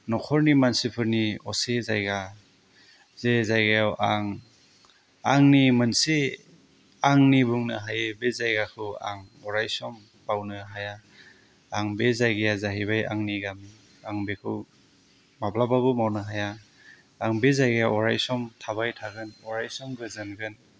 न'खरनि मानसिफोरनि असे जायगा जे जायगायाव आं आंनि मोनसे आंनि बुंनो हायो बे जायगाखौ आं अराय सम बावनो हाया बे जायगाया जाहैबाय आंनि गामि आं बेखौ माब्लाबाबो बावनो हाया आं बे जायगायाव अराय सम थाबाय थागोन अराय सम गोजोनगोन